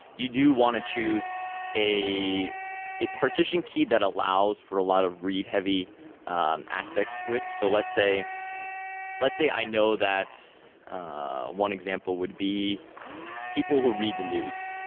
you do want to choose a a partition key that allows for a lot of read heavy and aspects to it. so let's say let's say i know that one example would be people who read the news.